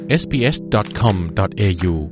sbs.com.au